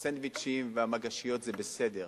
הסנדוויצ'ים והמגשיות זה בסדר,